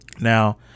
Now